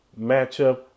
matchup